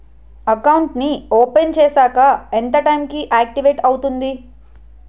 Account నీ open చేశాక ఎంత టైం కి ఆక్టివేట్ అవుతుంది?